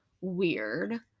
weird